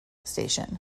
station